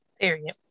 Period